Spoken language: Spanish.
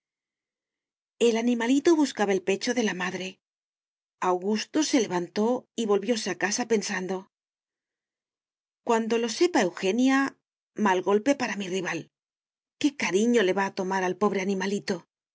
el animalito buscaba el pecho de la madre augusto se levantó y volvióse a casa pensando cuando lo sepa eugenia mal golpe para mi rival qué cariño le va a tomar al pobre animalito